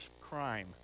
crime